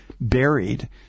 buried